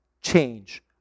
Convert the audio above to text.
change